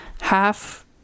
half